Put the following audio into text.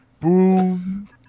boom